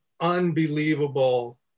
unbelievable